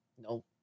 No